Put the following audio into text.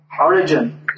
Origin